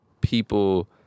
people